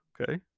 okay